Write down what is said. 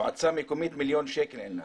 מועצה מקומית, מיליון שקל אין לה.